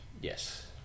Yes